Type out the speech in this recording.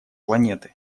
планеты